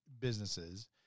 businesses